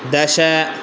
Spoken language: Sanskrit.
दश